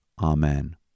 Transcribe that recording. Amen